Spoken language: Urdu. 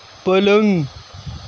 پلنگ